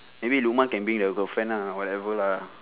maybe lukman can bring the girlfriend ah whatever lah